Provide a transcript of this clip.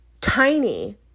tiny